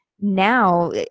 Now